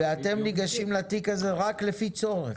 ואתם נגשים לתיק הזה רק לפי צורך.